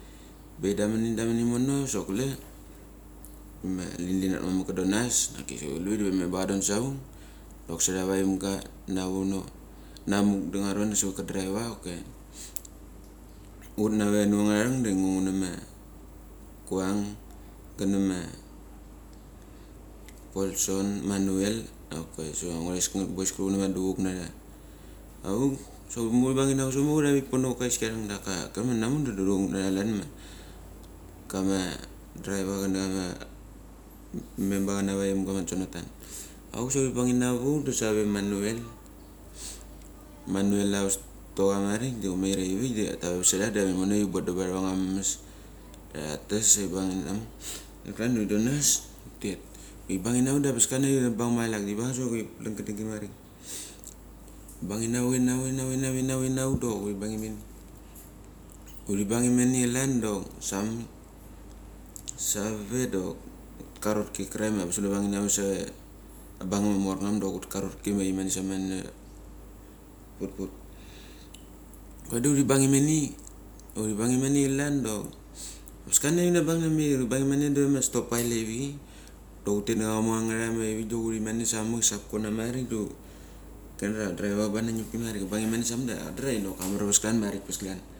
Imbe, indamen indamen imono sok kule ma lynlyn hat mamek kudonanas dakisa hulyvik da memba kadon savuk. Dok sara vaimga navono namuk da ngaron sevatka dravia ok. Hut nave dangareng, da ngo ngunama, kuang ganama Paulson, Manuel ok sevat kama angures, boys kurucha ma atduvoung nara. Auk sa hutmo huri banginavuk, kusek ma hurik pono vakama heiskia-eng da ka karere manamuk da adu voung nara klan. Kama draiva chenama memba chenema avaim ga ma Jonathan. Auk sa huri bangi navuk da savema Manuel. Manuel ava stoacha marik da humeir avik da tamerimon da tiboden arava mesmes dara tes ibanginam Kulekeh da huri donas hutet. Huri bangi nama da angabas klania huri bang machelek sok huri pleng, kedengi marik. Huri bangina vilk inavuk, inavuk, inavuk dok huri bangimene. Huri bangimen klan dok Sam. Asave dok, hutet ka rotki kriak ma anabas hunavang saveia abangam ma morngam dok hutet karotki ma imene same ia putput. Kule da huri bangimene huri bangimene huri bangimene klan dok anahgabas klan kibangimameir hubanggimene da va ma stok pail iavichei. Dok hutet navat kama angaman avik da huri mene ia shap cona marik da ngiadria driva kabang na ngipki marik. Ka kabangi imene sa kadia amarpes klan ma rikpes clan.